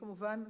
כמובן,